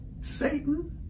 Satan